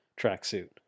tracksuit